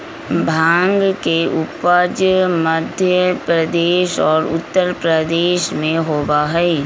भांग के उपज मध्य प्रदेश और उत्तर प्रदेश में होबा हई